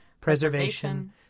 preservation